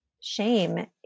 shame